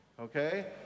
okay